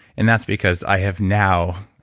and that's because i have now